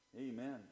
Amen